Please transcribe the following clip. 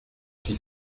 qu’il